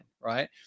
Right